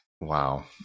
wow